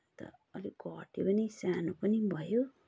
तर अलिक घट्यो पनि सानो पनि भयो